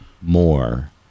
more